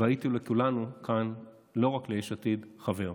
והיית לכולנו כאן, לא רק ליש עתיד, חבר.